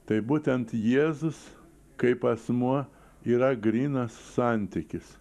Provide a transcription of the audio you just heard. tai būtent jėzus kaip asmuo yra grynas santykis